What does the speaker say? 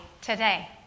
today